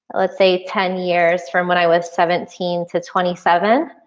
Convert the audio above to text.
let's say ten years from when i was seventeen to twenty seven.